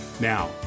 Now